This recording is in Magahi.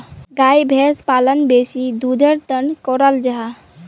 गाय भैंस पालन बेसी दुधेर तंर कराल जाहा